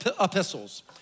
epistles